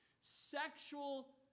sexual